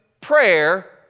prayer